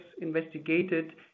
investigated